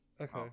Okay